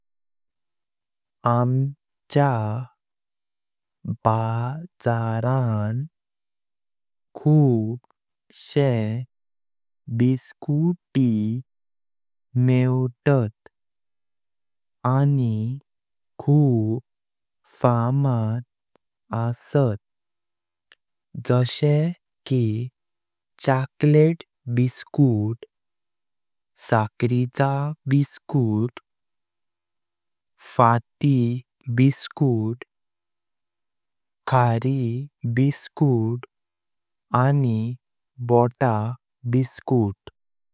आमच्या बाजारान खूप शं बिस्कुटी मेवतात आनी खूप फामद असत जशे की चॉकलेट बिस्कुट, साखरीचं बिस्कुट, फाटी बिस्कुट, खारी बिस्कुट, बोट्टा बिस्कुट।